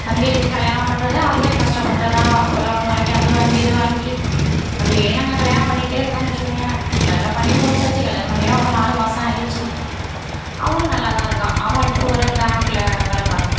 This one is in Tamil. தம்பிக்கு கல்யாணம் பண்ணுறது அதுவே கஷ்டப்பட்டு தான் கொ லோனு வாங்கி அது வாங்கி இது வாங்கி அப்படியே நாங்கள் கல்யாணம் பண்ணிட்டே இருந்தோம்ன்னு வெச்சுக்கோங்களேன் கல்யாணம் பண்ணியே முடிச்சாச்சு கல்யாணம் பண்ணியே அவனுக்கு நாலு மாதம் ஆகிடுச்சி அவனும் நல்லா தான் இருக்கான் அவன் இப்போ ஒரு பேங்க்கில் வேலை பாக்குறான்